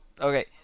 okay